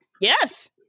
Yes